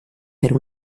per